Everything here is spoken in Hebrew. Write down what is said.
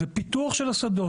זה פיתוח של השדות.